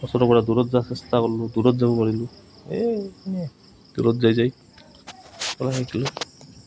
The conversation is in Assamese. ওচৰৰ পৰা দূৰত যোৱা চেষ্টা কৰলোঁ দূৰত যাব পাৰিলোঁ এই দূৰত যায় যায়